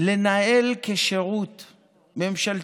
לנהל כשירות ממשלתי,